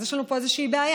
אז יש לנו פה איזושהי בעיה.